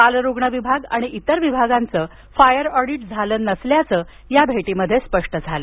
बालरुग्ण विभाग आणि इतर विभागांचं फायर ऑडिट झालं नसल्याचं त्यांच्या भेटीत स्पष्ट झालं